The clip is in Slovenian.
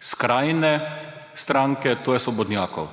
skrajne stranke, to je svobodnjakov.